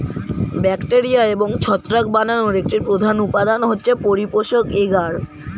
bacteria এবং ছত্রাক বানানোর একটি প্রধান উপাদান হচ্ছে পরিপোষক এগার